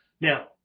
Now